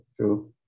true